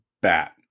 bat